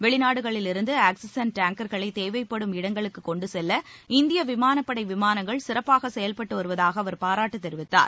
வெளிநாடுகளில் இருந்து ஆக்ஸிஜன் டேங்கர்களை தேவைப்படும் இடங்களுக்கு கொண்டு செல்ல இந்திய விமானப்படை விமானங்கள் சிறப்பாக செயவ்பட்டு வருவதாக அவர் பாராட்டு தெரிவித்தார்